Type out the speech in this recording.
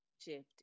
shift